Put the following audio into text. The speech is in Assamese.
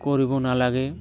কৰিব নালাগে